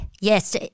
yes